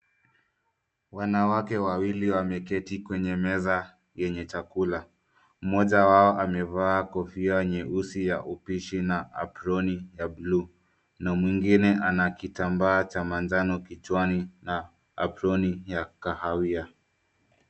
Wanawake wawili wameketi kwenye meza yenye chakula. Mmoja wao amevaa kofia nyeusi ya upishi na aproni ya buluu, na mwingine ana kitambaa cha manjano kichwani na aproni ya kahawia.